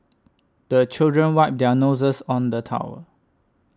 the children wipe their noses on the towel